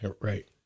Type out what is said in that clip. Right